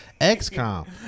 XCOM